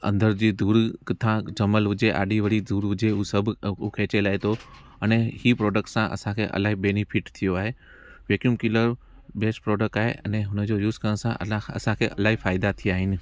अंदर जी धूल किथां जमल हुजे आडी वड़ी धूल हुजे उहे सभु अ हु खैचे लाइ थो अने इहा प्रोडक्ट सां असांखे इलाही बैनिफिट थियो आए वैक्युम किलन बैस्ट प्रोडक्ट आहे अने हुन जो यूस करण सां अला असांखे इलाही फ़ाइदा थिया आहिनि